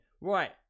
Right